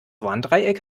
warndreieck